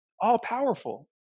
all-powerful